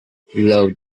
love